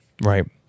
Right